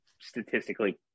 statistically